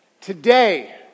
Today